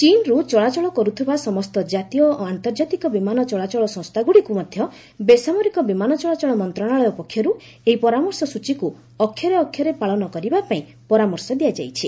ଚୀନ୍ରୁ ଚଳାଚଳ କରୁଥିବା ସମସ୍ତ କାତୀୟ ଓ ଆନ୍ତର୍ଜାତିକ ବିମାନ ଚଳାଚଳ ସଂସ୍ଥାଗୁଡ଼ିକୁ ମଧ୍ୟ ବେସାମରିକ ବିମାନ ଚଳାଚଳ ମନ୍ତ୍ରଣାଳୟ ପକ୍ଷରୁ ଏହି ପରାମର୍ଶ ସ୍ୱଚୀକୁ ଅକ୍ଷରେ ଅକ୍ଷରେ ପାଳନ କରିବା ପାଇଁ ପରାମର୍ଶ ଦିଆଯାଇଛି